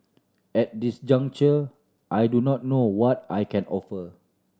at this juncture I do not know what I can offer